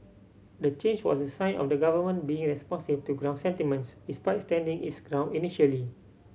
the change was a sign of the government being responsive to ground sentiments despite standing its ground initially